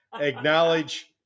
acknowledge